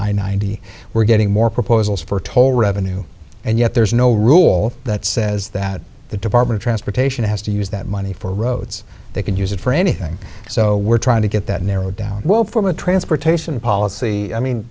i ninety we're getting more proposals for toll revenue and yet there's no rule that says that the department of transportation has to use that money for roads they can use it for anything so we're trying to get that narrowed down well from a transportation policy i mean